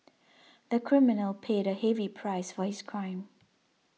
the criminal paid a heavy price for his crime